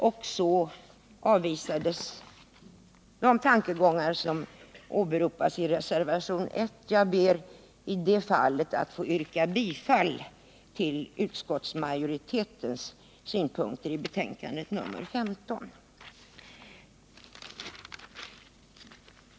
Och så avvisades de tankegångar som åberopas i reservationen I Jag ber att i det fallet få yrka bifall till utskottsmajoritetens hemställan i betänkandet nr 15.